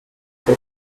très